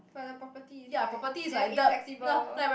but the property is like damn inflexible